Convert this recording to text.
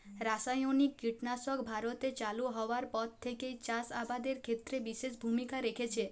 রাসায়নিক কীটনাশক ভারতে চালু হওয়ার পর থেকেই চাষ আবাদের ক্ষেত্রে বিশেষ ভূমিকা রেখেছে